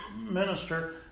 minister